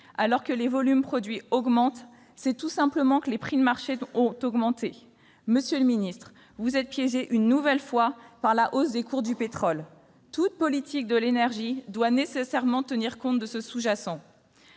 alors que les volumes produits augmentent, c'est tout simplement que les prix de marché ont augmenté. Monsieur le secrétaire d'État, le Gouvernement est piégé une nouvelle fois par la hausse des cours du pétrole. Toute politique de l'énergie doit nécessairement tenir compte de cet élément sous-jacent.